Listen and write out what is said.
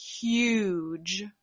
huge